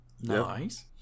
Nice